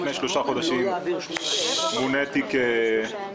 לפני שלושה חודשים מוניתי כמנכ"ל.